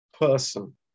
person